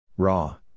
Raw